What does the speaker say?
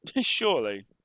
Surely